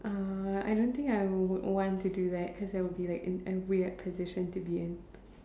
uh I don't think I would want to do that cause I will be like in a weird position to be in